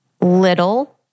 little